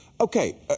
Okay